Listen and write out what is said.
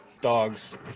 dogs